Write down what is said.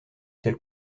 telle